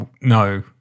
No